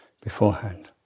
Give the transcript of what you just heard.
beforehand